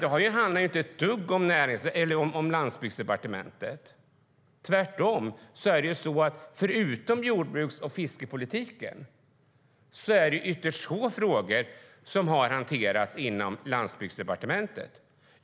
Det handlar inte ett dugg om Landsbygdsdepartementet. Tvärtom är det så att förutom jordbruks och fiskepolitiken är det ytterst få frågor som har hanterats inom Landsbygdsdepartementet.